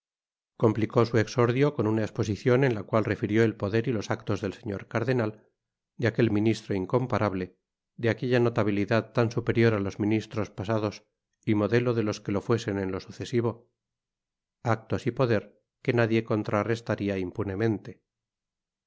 complicó su exordio con una esposicion en la cual refirió el poder y los actos del señor cardenal de aquel ministro incomparable de aquella notabilidad tan superior á los ministros pasados y modelo de los que lo fuesen en lo sucesivo actos y poder que nadie contrarrestaría impunemente